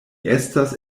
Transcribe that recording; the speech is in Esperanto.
estas